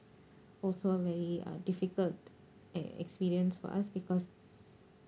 also very uh difficult e~ experience for us because